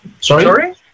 Sorry